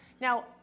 Now